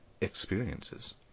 experiences